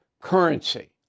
currency